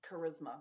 charisma